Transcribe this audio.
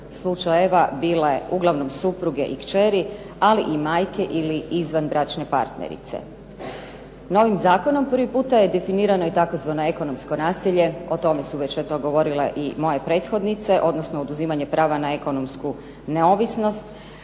slučajeva bile uglavnom supruge i kćeri, ali i majke ili izvanbračne partnerice. Novim zakonom prvi puta je definirano i tzv. ekonomsko nasilje, o tome su već eto govorile i moje prethodnice, odnosno oduzimanje prava na ekonomsku neovisnost.